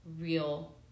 real